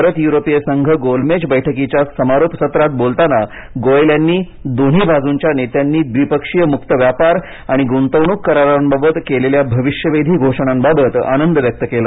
भारत युरोपिय संघ गोलमेज बैठकीच्या समारोप सत्रात बोलताना गोयल यांनी दोन्ही बाजूच्या नेत्यांनी द्वीपक्षीय मुक्त व्यापार आणि गुंतवणूक करारांबाबत केलेल्या भविष्यवेधी घोषणांबाबत आनंद व्यक्त केला